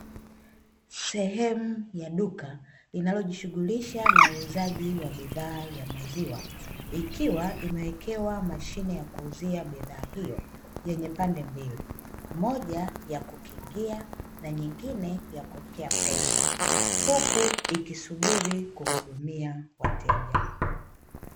Sehemu ya duka linalojishughulisha na uuzaji wa bidhaa ya maziwa, ikiwa imewekewa mashine ya kuuzia bidhaa hiyo yenye pande mbili moja ya kukingia na nyingine ya kuwekea pesa huku ikisubiri kuhudumia wateja.